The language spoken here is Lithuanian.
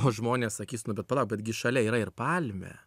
o žmonės sakys nu bet pala betgi šalia yra ir palmė